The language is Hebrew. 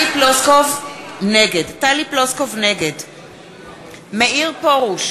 נגד מאיר פרוש,